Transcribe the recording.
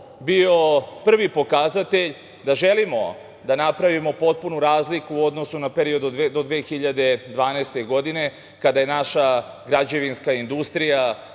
bio prvi pokazatelj da želimo da napravimo potpunu razliku u odnosu na period do 2012. godine, kada je naša građevinska industrija